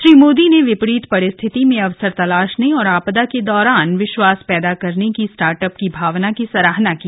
श्री मोदी ने विपरीत परिस्थिति में अवसर तलाशने और आपदा के दौरान विश्वास पैदा करने की स्टार्टअप की भावना की सराहना की